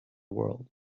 world